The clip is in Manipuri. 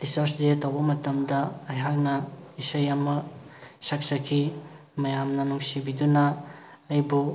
ꯇꯤꯆꯔꯁ ꯗꯦ ꯇꯧꯕ ꯃꯇꯝꯗ ꯑꯩꯍꯥꯛꯅ ꯏꯁꯩ ꯑꯃ ꯁꯛꯆꯈꯤ ꯃꯌꯥꯝꯅ ꯅꯨꯡꯁꯤꯕꯤꯗꯨꯅ ꯑꯩꯕꯨ